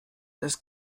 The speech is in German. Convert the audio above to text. das